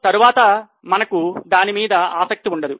తర్వాత మనకు దానిమీద ఆసక్తి ఉండదు